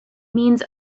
means